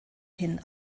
hin